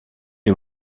est